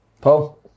Paul